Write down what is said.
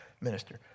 minister